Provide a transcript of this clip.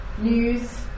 news